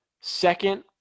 second